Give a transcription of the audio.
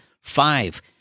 Five